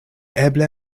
eble